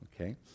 Okay